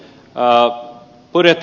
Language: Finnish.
arvoisa puhemies